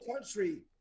country